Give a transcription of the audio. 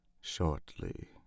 shortly